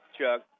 Chuck